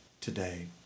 today